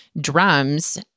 drums